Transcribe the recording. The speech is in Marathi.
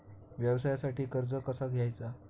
व्यवसायासाठी कर्ज कसा घ्यायचा?